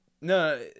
No